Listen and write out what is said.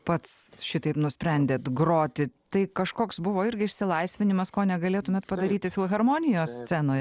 pats šitaip nusprendėt groti tai kažkoks buvo irgi išsilaisvinimas ko negalėtumėt padaryti filharmonijos scenoj